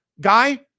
guy